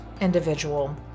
individual